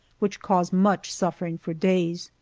which cause much suffering for days.